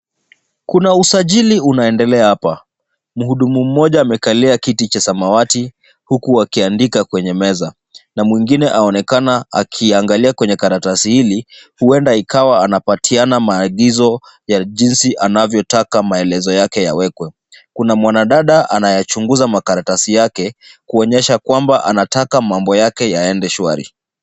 Kuna usajili unaendela hapa. Mhudumu mmoja amekalia kiti cha samawati huku akiandika kwenye meza na mwingine aonekana akiangalia kwenye karatasi hili huenda ikawa anapatiana maagizo ya jinsi anavyotaka maelezo yake yawekwe. Kuna mwanadada anayachunguza makaratasi yake kuonyesha kwamba anataka mambo yake yaende shwari.